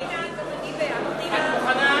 פנינה, גם אני